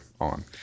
on